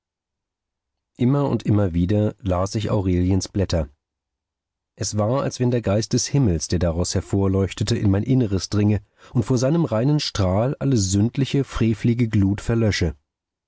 immer und immer wieder las ich aureliens blätter es war als wenn der geist des himmels der daraus hervorleuchtete in mein inneres dringe und vor seinem reinen strahl alle sündliche frevelige glut verlösche